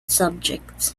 subject